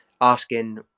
asking